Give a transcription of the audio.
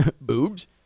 boobs